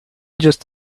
just